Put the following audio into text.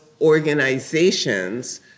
organizations